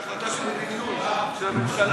זו החלטה של מדיניות של הממשלה.